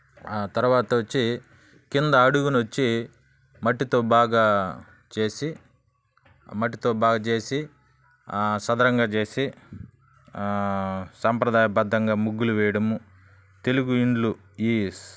తర్వాత వచ్చి కింద అడుగున వచ్చి మట్టితో బాగా చేసి మట్టితో బాగా చేసి చదునుగా చేసి సాంప్రదాయబద్ధంగా ముగ్గులు వేయడము తెలుగు ఇళ్ళు